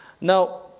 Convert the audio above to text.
Now